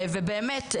ובאמת,